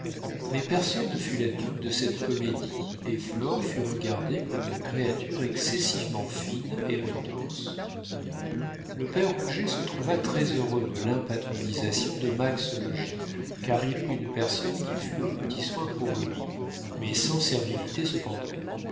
mais personne ne fut la dupe de cette comédie et flore fut regardée comme une créature excessivement fine et retorse le père rouget se trouva très-heureux de l'impatronisation de max au logis car il eut une personne qui fut aux petits soins pour lui mais sans servilité cependant